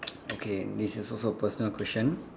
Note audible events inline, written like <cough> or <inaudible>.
<noise> okay this is also a personal question